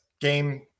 game